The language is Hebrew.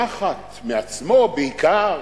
נחת, מעצמו בעיקר,